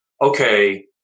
okay